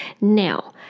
Now